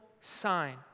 sign